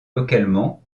localement